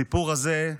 הסיפור הזה,